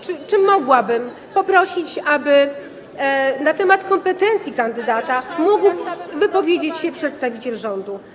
Czy mogłabym poprosić, aby na temat kompetencji kandydata mógł wypowiedzieć się przedstawiciel rządu?